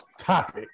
topic